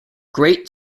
great